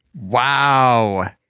Wow